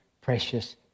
precious